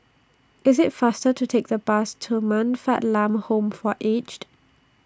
IT IS faster to Take The Bus to Man Fatt Lam Home For Aged